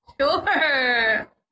Sure